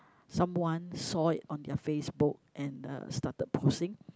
someone saw it on their Facebook and uh started posing